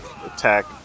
attack